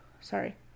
sorry-